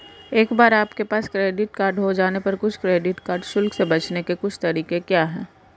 एक बार आपके पास क्रेडिट कार्ड हो जाने पर कुछ क्रेडिट कार्ड शुल्क से बचने के कुछ तरीके क्या हैं?